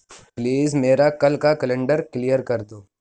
please میرا کل کا کیلنڈر کلیئر کر دو